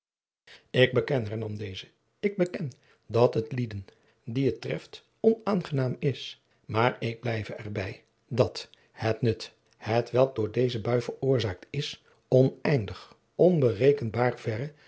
ik beken hernam deze ik beken dat het lieden die het treft onaangenaam is maar ik blijve er bij dat het nut hetwelk door deze bui veroorzaakt is oneindig onberekenbaat verre